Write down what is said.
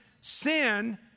sin